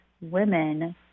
women